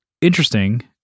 interesting